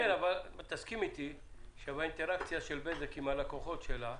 תסכים אתי שבאינטראקציה של בזק עם הלקוחות שלה,